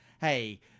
Hey